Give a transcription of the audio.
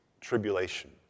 Tribulation